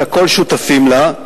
שהכול שותפים לה.